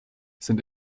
sind